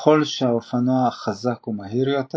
כך שככל שהאופנוע חזק ומהיר יותר,